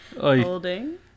Holding